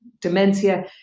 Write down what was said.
dementia